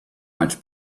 much